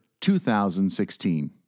2016